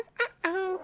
uh-oh